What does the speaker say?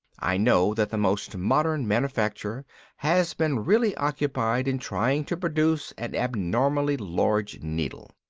i know that the most modern manufacture has been really occupied in trying to produce an abnormally large needle.